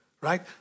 right